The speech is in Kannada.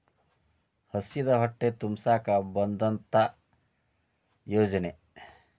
ಹಸಿದ ಹೊಟ್ಟೆ ತುಂಬಸಾಕ ಬಂದತ್ತ ಯೋಜನೆ